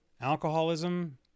alcoholism